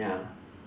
ya